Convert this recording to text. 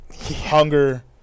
hunger